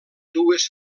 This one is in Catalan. dues